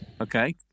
Okay